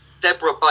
Deborah